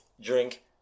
drink